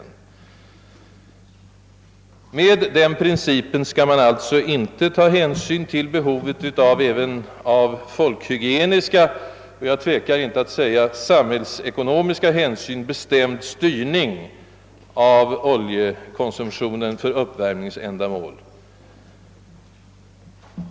Med tillämpning av den principen kommer man alltså inte att ta hänsyn till behovet av en även av folkhygieniska, och jag tvekar inte att säga samhällsekonomiska, hänsyn bestämd styrning av oljekonsumtionen för uppvärmningsändamål.